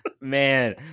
Man